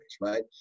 right